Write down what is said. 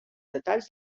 detalls